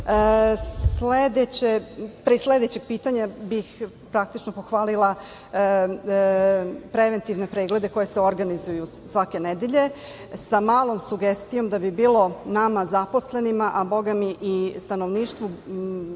sledećeg pitanja bih pohvalila preventivne preglede koji se organizuju svake nedelje, sa malom sugestijom da bi bilo nama zaposlenima, a bogami i stanovništvu